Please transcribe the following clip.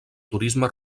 turisme